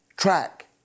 track